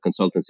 consultancy